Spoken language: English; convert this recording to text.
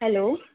hello